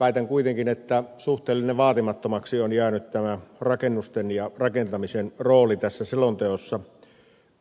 väitän kuitenkin että suhteellisen vaatimattomaksi on jäänyt tämä rakennusten ja rakentamisen rooli tässä selonteossa